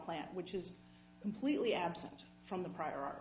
plant which is completely absent from the prior